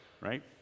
Right